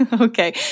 Okay